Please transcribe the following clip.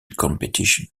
competitions